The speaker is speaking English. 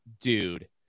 dude